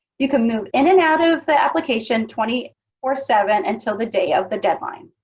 you can move in and out of the application twenty four seven until the day of the deadline.